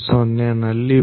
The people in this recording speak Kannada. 0ನಲ್ಲಿವೆ